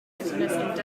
effectiveness